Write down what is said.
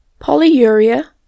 polyuria